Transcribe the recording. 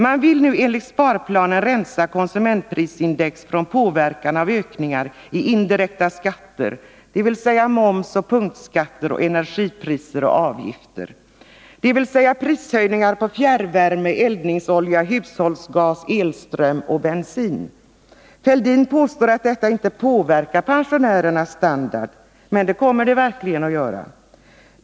Man vill nu enligt sparplanen rensa konsumtionsprisindex från påverkan av ökningar i indirekta skatter, dvs. moms och punktskatter och energipriser och avgifter, vilket innebär prishöjningar på fjärrvärme, eldningsolja, hushållsgas, elström och bensin. Herr Fälldin påstår att detta inte påverkar pensionärernas standard. Men det kommer det verkligen att göra.